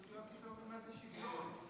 שוויון אין פה.